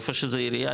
איפה שזה עירייה,